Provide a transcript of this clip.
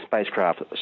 spacecraft